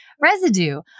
residue